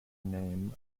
name